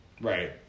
Right